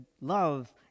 love